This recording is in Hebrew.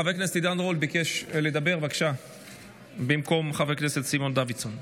חבר הכנסת עידן רול ביקש לדבר במקום חבר הכנסת סימון דוידסון.